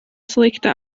slikta